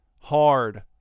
hard